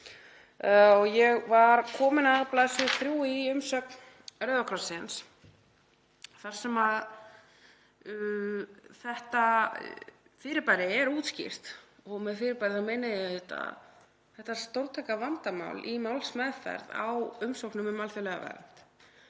Ég var komin að bls. 3 í umsögn Rauða krossins þar sem þetta fyrirbæri er útskýrt og með fyrirbæri meina ég auðvitað þetta stórtæka vandamál í málsmeðferð á umsóknum um alþjóðlega vernd